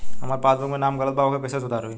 हमार पासबुक मे नाम गलत बा ओके कैसे सुधार होई?